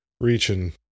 reaching